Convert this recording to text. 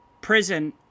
prison